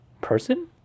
person